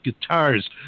Guitars